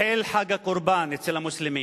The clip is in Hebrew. החל חג הקורבן אצל המוסלמים.